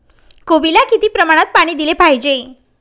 कोबीला किती प्रमाणात पाणी दिले पाहिजे?